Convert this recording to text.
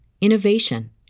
innovation